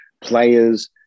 players